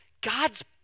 God's